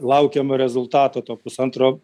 laukiam rezultato to pusantro